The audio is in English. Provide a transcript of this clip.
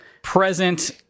present